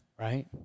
Right